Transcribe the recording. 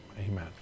Amen